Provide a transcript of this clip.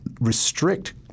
restrict